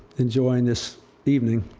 enjoying this evening